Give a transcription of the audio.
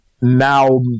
now